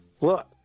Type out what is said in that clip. Look